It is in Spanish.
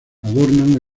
adornan